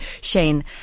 Shane